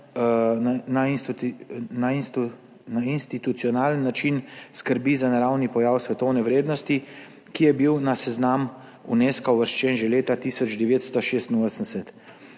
na institucionalen način skrbi za naravni pojav svetovne vrednosti, ki je bil na seznam Unesca uvrščen že leta 1986.